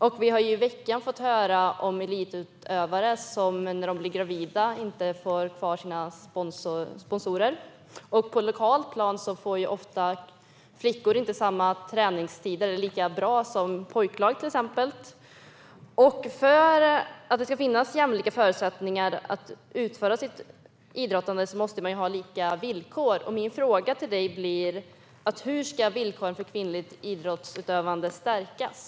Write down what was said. I veckan har vi fått höra om elitutövare som när de blir gravida inte får ha kvar sina sponsorer, och på det lokala planet får flickor ofta inte lika bra träningstider som till exempel pojklag. För att det ska finnas jämlika förutsättningar att utöva idrott måste man ha lika villkor, och min fråga blir då: Hur ska villkoren för kvinnligt idrottsutövande stärkas?